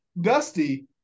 dusty